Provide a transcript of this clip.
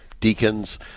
deacons